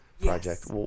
project